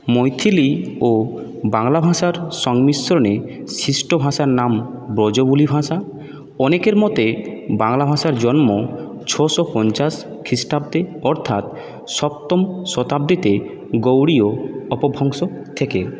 মৈথিলি ও বাংলা ভাষার সংমিশ্রণে সৃষ্ট ভাষার নাম ব্রজবুলি ভাষা অনেকের মতে বাংলা ভাষার জন্ম ছশো পঞ্চাশ খিষ্টাব্দে অর্থাৎ সপ্তম শতাব্দীতে গৌড়ীয় অপভ্রংশ থেকে